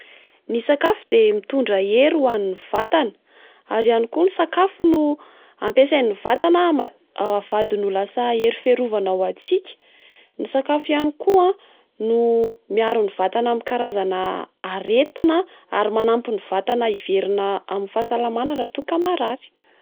Ny sakafo dia mitondra hery ho an'ny vatana, ary ihany koa ny sakafo no ampiasain'ny vatana am- avadiny ho lasa hery fiarovana ho atsika. Ny sakafo ihany koa no miaro ny vatana amin'ny karazana aretina ary manampy ny vatana hiverina amin'ny fahasalamana raha toa ka marary.